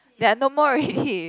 there are no more already